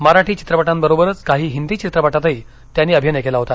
मराठी चित्रपटांबरोबरच काही हिंदी चित्रपटातही त्यांनी अभिनय केला होता